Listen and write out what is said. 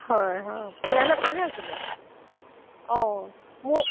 হয় হয় তেতিয়াহ'লে ভালেই আছিলে অঁ মোৰ